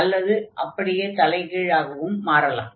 அல்லது அப்படியே தலைகீழாகவும் மாறலாம்